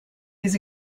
his